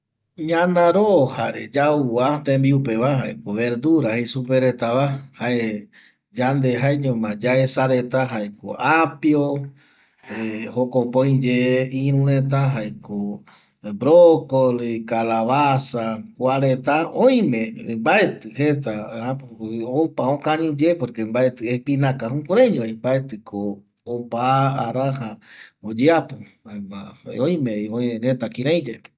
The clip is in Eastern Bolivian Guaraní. Ñanaro jare yauva tembiupeva jaeko verdura jei supeva retava yande jaeñoma yaesa reta jaeko jaeko apio jokope oiye iru reta jaeko brokoli, kalabaza kuareta oime mbaetƚ jeta apo opa oñañƚye mbaetƚ espinaka jukuraiñovi mbaetƚko opa araja oyeapo jaema oimevi öereta kiraiyae